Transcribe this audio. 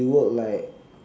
he work like